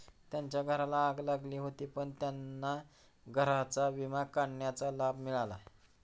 त्यांच्या घराला आग लागली होती पण त्यांना घराचा विमा काढण्याचा लाभ मिळाला